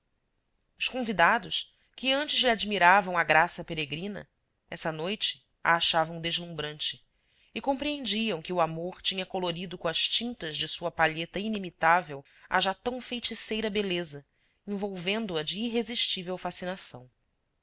os convidados que antes lhe admiravam a graça peregrina essa noite a achavam deslumbrante e compreendiam que o amor tinha colorido com as tintas de sua palheta inimitável a já tão feiticeira beleza envolvendo a de irresistível fascinação